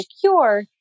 cure